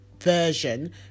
version